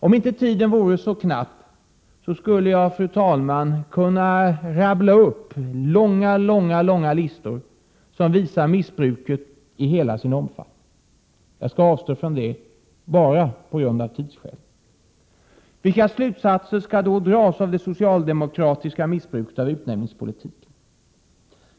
Om inte tiden vore så knapp skulle jag, fru talman, kunna rabbla upp långa listor som visar missbruket i hela dess omfattning. Jag skall avstå från det, bara på grund av tidsskäl. Vilka slutsatser skall då dras av det socialdemokratiska missbruket av utnämningspolitiken?